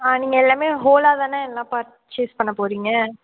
ஆ நீங்கள் எல்லாமே ஹோலாக தானே பர்ச்சேஸ் பண்ண போகறீங்க